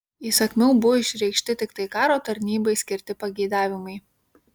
įsakmiau buvo išreikšti tiktai karo tarnybai skirti pageidavimai